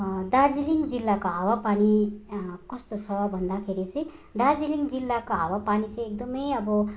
दार्जिलिङ जिल्लाको हावापानी कस्तो छ भन्दाखेरि चाहिँ दार्जिलिङ जिल्लाको हावापानी चाहिँ एकदमै अब